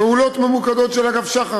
פעולות ממוקדות של אגף שח"ר,